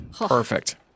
Perfect